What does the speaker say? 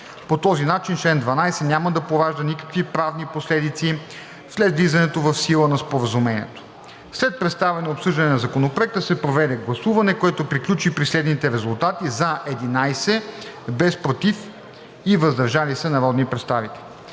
По този начин член 12 няма да поражда никакви правни последици след влизането в сила на Споразумението. След представяне и обсъждане на Законопроекта се проведе гласуване, което приключи при следните резултати: „за“ – 11, без „против“ и „въздържал се“ народни представители.